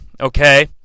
Okay